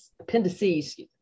appendices